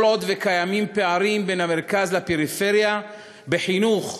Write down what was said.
כל עוד קיימים פערים בין המרכז לפריפריה בחינוך,